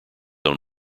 own